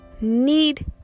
need